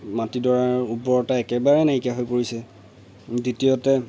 মাটিডৰাৰ উৰ্বৰতা একেবাৰে নাইকিয়া হৈ পৰিছে দ্ৱিতীয়তে